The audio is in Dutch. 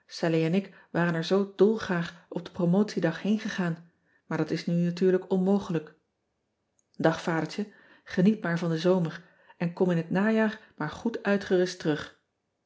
en ik waren er zoo dolgraag op den promotiedag heengegaan maar dat is nu natuurlijk onmogelijk ag adertje geniet maar van den zomer en kom in het najaar maar goed uitgerust terug